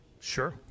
Sure